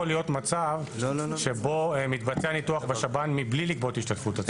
להיות מצב שבו מתבצע ניתוח בשב"ן מבלי לגבות השתתפות עצמית.